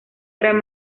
gran